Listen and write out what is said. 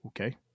Okay